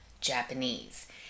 Japanese